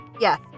Yes